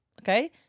Okay